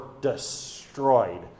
destroyed